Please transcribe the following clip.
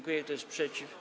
Kto jest przeciw?